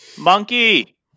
Monkey